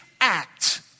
act